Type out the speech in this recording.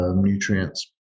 nutrients